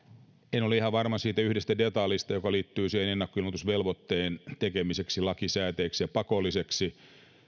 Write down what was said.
en ole ihan varma siitä yhdestä detaljista joka liittyy ennakkoilmoitusvelvoitteen tekemiseen lakisääteiseksi ja pakolliseksi